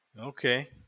Okay